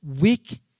weak